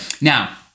Now